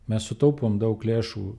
mes sutaupom daug lėšų